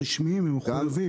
הרשמיים, הם מחויבים.